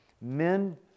Men